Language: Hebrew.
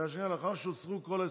לאחר שהוסרו כל ההסתייגויות.